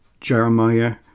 Jeremiah